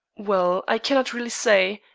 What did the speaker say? well, i cannot really say.